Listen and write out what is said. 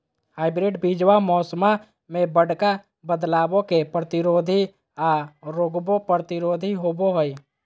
hybrid बीजावा मौसम्मा मे बडका बदलाबो के प्रतिरोधी आ रोगबो प्रतिरोधी होबो हई